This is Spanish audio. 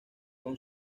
con